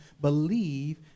believe